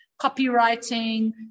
copywriting